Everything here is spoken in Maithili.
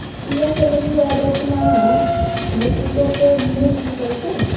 चिया केंद्रीय आ दछिनाहा मैक्सिको केर मुल फसल छै